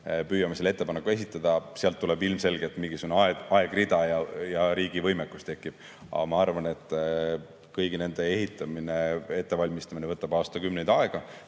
püüame selle ettepaneku esitada. Sealt tuleb ilmselgelt mingisugune aegrida ja riigi võimekus tekib. Aga ma arvan, et kõigi nende ehitamine, ettevalmistamine võtab aastakümneid aega.